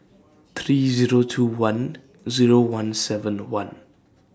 three Zero two one Zero one seven one